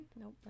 nope